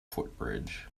footbridge